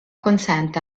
consente